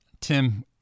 tim